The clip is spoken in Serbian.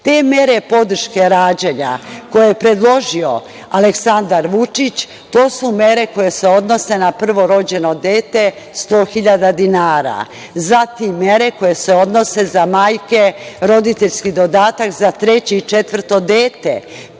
mere podrške rađanja koje je predložio Aleksandar Vučić, to su mere koje se odnose na prvorođeno dete - 100.000 dinara, zatim mere koje se odnose za majke, roditeljski zadatak za treće i četvrto dete.